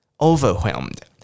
overwhelmed